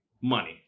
money